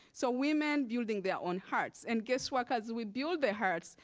so, women building their own huts. and guess what, as we build the huts,